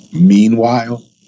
Meanwhile